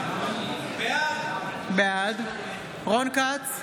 בעד רון כץ,